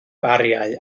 bariau